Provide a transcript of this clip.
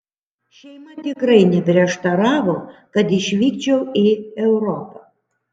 šeima tikrai neprieštaravo kad išvykčiau į europą